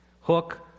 Hook